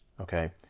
Okay